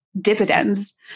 dividends